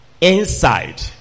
inside